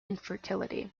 infertility